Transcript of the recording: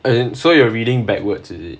and so you are reading backwards is it